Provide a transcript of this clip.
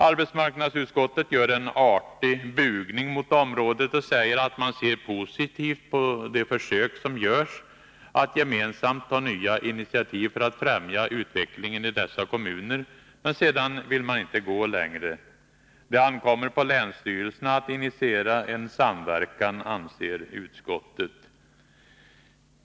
Arbetsmarknadsutskottet gör en artig bugning mot området och säger att man ser positivt på de försök som görs att gemensamt ta nya initiativ för att främja utvecklingen i dessa kommuner, men sedan vill man inte gå längre. Det ankommer på länsstyrelserna att initiera en samverkan, anser utskottet.